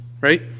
Right